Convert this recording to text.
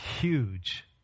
huge